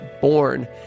born